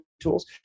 tools